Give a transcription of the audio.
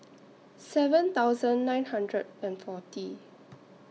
seven thousand nine hundred and forty